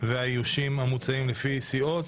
והאיושים המוצעים לפי סיעות.